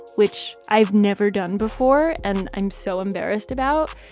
which i've never done before and i'm so embarrassed about,